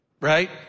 right